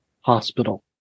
hospital